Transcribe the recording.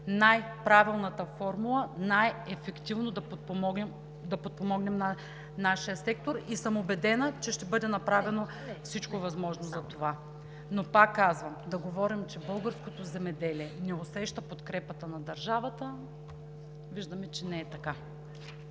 най-правилната форма най-ефективно да подпомогнем нашия сектор и съм убедена, че ще направим всичко възможно за това. Но, пак казвам, да говорим, че българското земеделие не усеща подкрепата на държавата, виждаме, че не е така.